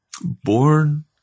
born